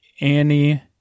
Annie